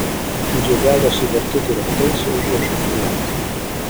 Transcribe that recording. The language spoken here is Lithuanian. ant žiedelio suverti du raktai su užrašu fiat